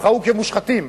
נבחרו כמושחתים.